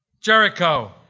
Jericho